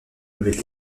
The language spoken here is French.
nouvelle